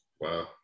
wow